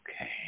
okay